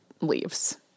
leaves